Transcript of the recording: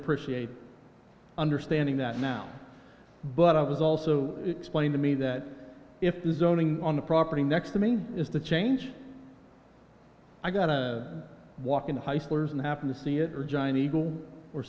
appreciate understanding that now but i was also explained to me that if the zoning on the property next to me is the change i got to walk into high schoolers and happen to see it or giant eagle or